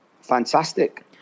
fantastic